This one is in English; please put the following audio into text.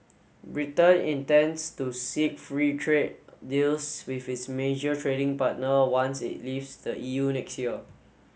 Britain intends to seek free trade deals with its major trading partner once it leaves the E U next year